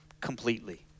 completely